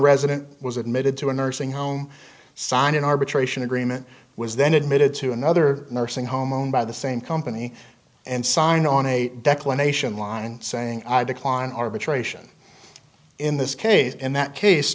resident was admitted to a nursing home sign an arbitration agreement was then admitted to another nursing home owned by the same company and signed on a declamation line saying i decline arbitration in this case in that case